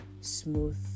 smooth